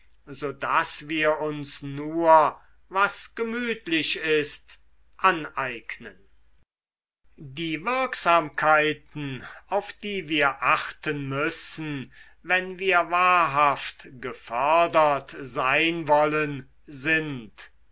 so daß wir uns nur was gemütlich ist aneignen die wirksamkeiten auf die wir achten müssen wenn wir wahrhaft gefördert sein wollen sind